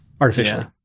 artificially